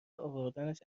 اوردنش